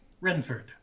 Renford